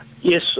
Yes